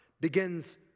begins